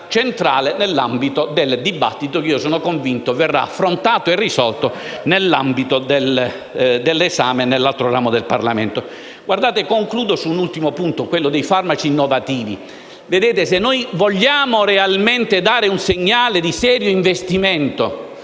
centrale nell'ambito del dibattito che, sono convinto, verrà affrontato e risolto in sede di esame nell'altro ramo del Parlamento. Concludo sull'ultimo punto dei farmaci innovativi. Se vogliamo realmente dare un segnale di serio investimento